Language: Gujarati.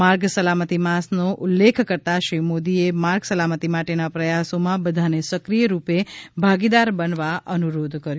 માર્ગ સલામતી માસનો ઉલ્લેખ કરતા શ્રી મોદીએ માર્ગ સલામતી માટેના પ્રયાસોમાં બધાને સક્રિય રૂપે ભાગીદાર બનવા અનુરોધ કર્યો